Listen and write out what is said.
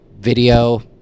video